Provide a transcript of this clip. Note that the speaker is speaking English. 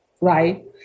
right